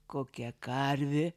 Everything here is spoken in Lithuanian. kokia karvė